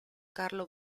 carlo